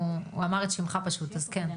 אני לא